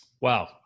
Wow